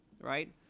right